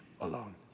alone